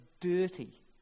dirty